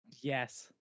Yes